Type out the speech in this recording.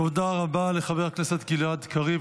תודה רבה לחבר הכנסת גלעד קריב.